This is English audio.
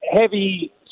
Heavy